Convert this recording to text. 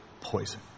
poison